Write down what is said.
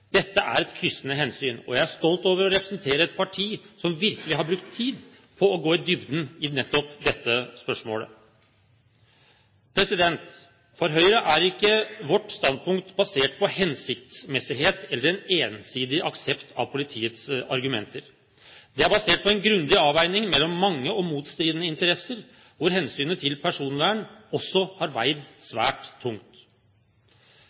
Dette er kryssende hensyn, og jeg er stolt over å representere et parti som virkelig har brukt tid på å gå i dybden i nettopp dette spørsmålet. For Høyre er ikke vårt standpunkt basert på hensiktsmessighet eller en ensidig aksept av politiets argumenter. Det er basert på en grundig avveining mellom mange og motstridende interesser, hvor hensynet til personvern også har veid